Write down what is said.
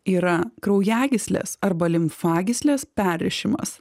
yra kraujagyslės arba limfagyslės perrišimas